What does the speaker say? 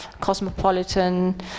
cosmopolitan